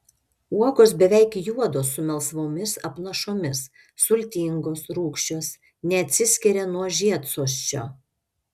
uogos beveik juodos su melsvomis apnašomis sultingos rūgščios neatsiskiria nuo žiedsosčio